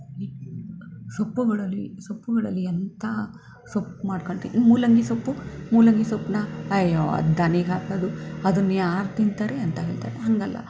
ಈ ಸೊಪ್ಪುಗಳಲ್ಲಿ ಸೊಪ್ಪುಗಳಲ್ಲಿ ಎಂಥ ಸೊಪ್ಪು ಮಾಡ್ಕೊಂಡ್ರಿ ಈ ಮೂಲಂಗಿ ಸೊಪ್ಪು ಮೂಲಂಗಿ ಸೊಪ್ಪನ್ನ ಅಯ್ಯೋ ದನಿಗೆ ಹಾಕೋದು ಅದನ್ನು ಯಾರು ತಿಂತಾರೆ ಅಂತ ಹೇಳ್ತಾರೆ ಹಾಗಲ್ಲ